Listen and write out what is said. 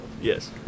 Yes